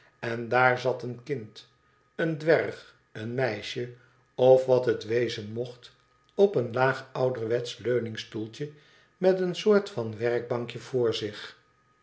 en daar zat een kind een dwerg een meisje of wat het wezen mocht op een laag ouderwetsch leuningstqeltje met een soort van werkbankje voor zich